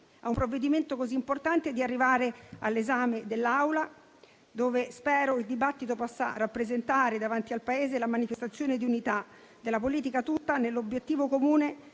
a un provvedimento tanto importante di arrivare all'esame dell'Assemblea, dove spero il dibattito possa rappresentare, davanti al Paese, la manifestazione di unità della politica tutta nell'obiettivo comune